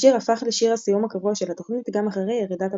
השיר הפך לשיר הסיום הקבוע של התוכנית גם אחרי ירידת הפינה.